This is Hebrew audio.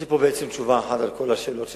יש לי בעצם תשובה אחת לכל השאלות שלך,